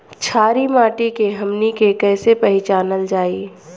छारी माटी के हमनी के कैसे पहिचनल जाइ?